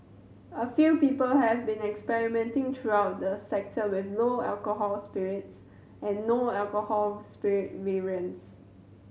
a few people have been experimenting throughout the sector with lower alcohol spirits and no alcohol spirit variants